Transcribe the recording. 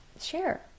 share